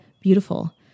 beautiful